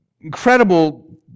incredible